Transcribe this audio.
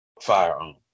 firearm